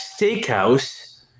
Steakhouse